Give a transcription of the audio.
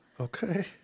Okay